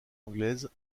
anglaises